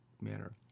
manner